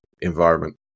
environment